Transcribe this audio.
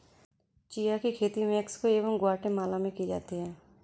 chia की खेती Mexico एवं ग्वाटेमाला में की जाती है